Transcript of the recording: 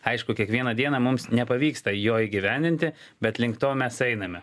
aišku kiekvieną dieną mums nepavyksta jo įgyvendinti bet link to mes einame